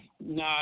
no